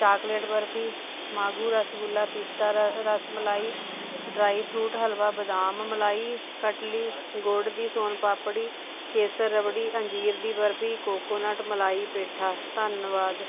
chocolate barfi ਮਾਗੂ ਰਸਗੁੱਲਾ ਪੀਸਤਾ rasmalai dry fruit halwa ਬਦਾਮ ਮਲਾਈ ਕਟਲੀ ਗੁੜ ਦੀ ਸੋਨ ਪਾਪੜੀ ਕੇਸਰ ਰਬੜੀ ਅੰਜੀਰ ਦੀ ਬਰਫੀ ਕੋਕੋਨਟ ਮਲਾਈ ਪੇਠਾ ਧੰਨਵਾਦ